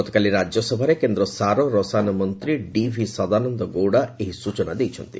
ଗତକାଲି ରାକ୍ୟସଭାରେ କେନ୍ଦ ସାର ଓ ରସାୟନ ମନ୍ତୀ ଡିଭି ସଦାନନ୍ଦ ଗୌଡ଼ା ଏହି ସ୍ଚନା ଦେଇଛନ୍ତି